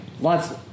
Lots